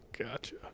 Gotcha